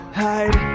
hide